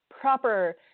proper